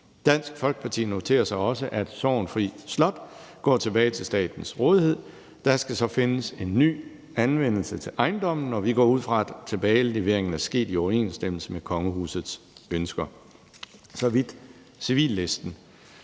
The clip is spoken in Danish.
Dansk Folkeparti noterer sig også, at Sorgenfri Slot går tilbage til statens rådighed. Der skal så findes en ny anvendelse til ejendommen, og vi går ud fra, at tilbageleveringen er sket i overensstemmelse med kongehusets ønsker. Så vidt civillisten.